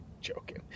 Joking